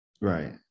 Right